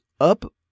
up